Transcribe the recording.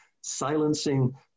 silencing